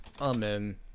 Amen